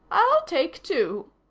i'll take two,